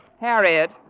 Harriet